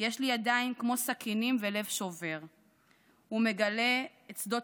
יש לי ידיים כמו סכינים ולב שובר / הוא מגלה את שדות